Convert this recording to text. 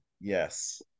yes